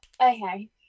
Okay